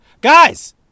Guys